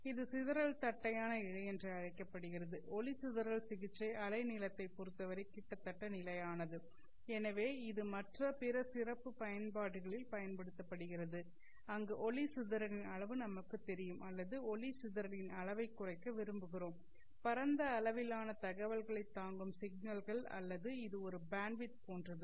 இது சிதறல் தட்டையான இழை என்று அழைக்கப்படுகிறது ஒளி சிதறல் சிகிச்சை அலைநீளத்தைப் பொறுத்தவரை கிட்டத்தட்ட நிலையானது எனவே இது மற்ற பிற சிறப்பு பயன்பாடுகளில் பயன்படுத்தப்படுகிறது அங்கு ஒளி சிதறலின் அளவு நமக்குத் தெரியும் அல்லது ஒளி சிதறலின் அளவைக் குறைக்க விரும்புகிறோம் பரந்த அளவிலான தகவல்களைத் தாங்கும் சிக்னல்கள் அல்லது இது ஒரு பேண்ட்வித் போன்றது